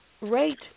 rate